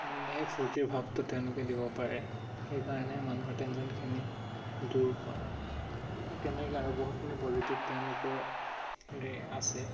মানে ফুৰ্তিৰ ভাৱটো তেওঁলোকে দিব পাৰে সেইকাৰণে মানুহৰ টেনচনখিনি দূৰ হয় ঠিক তেনেকৈ আৰু বহুতখিনি পজিটিভ তেওঁলোকৰ আছে